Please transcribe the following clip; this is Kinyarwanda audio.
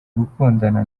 gukundana